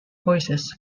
voices